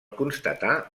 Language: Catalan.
constatar